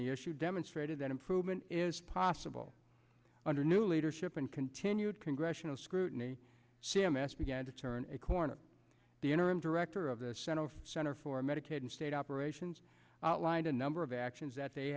the issue demonstrated that improvement is possible under new leadership and continued congressional scrutiny c m s began to turn a corner the interim director of the center of center for medicaid and state operations outlined a number of actions that they